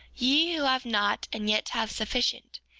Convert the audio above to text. ye who have not and yet have sufficient,